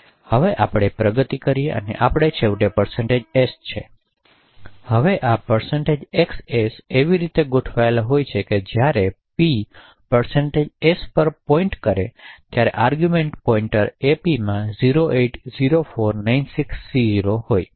હવે આપણે પ્રગતિ કરી આપણે છેવટે s છે હવે આ XS એવી રીતે ગોઠવાયેલા હોય છે કે જ્યારે p s પર પોઇન્ટિંગ કરે ત્યારે આર્ગૂમેંટનીપોઇન્ટર ap માં 080496C0 હોય